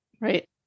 Right